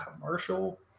commercial